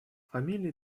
фамилии